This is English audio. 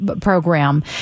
program